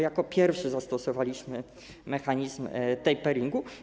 Jako pierwsi zastosowaliśmy mechanizm taperingu.